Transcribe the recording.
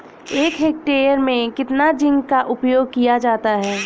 एक हेक्टेयर में कितना जिंक का उपयोग किया जाता है?